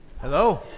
Hello